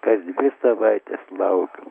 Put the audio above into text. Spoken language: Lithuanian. kas dvi savaitės laukiu